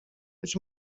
być